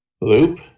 loop